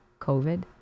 COVID